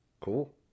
Cool